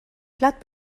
plat